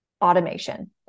automation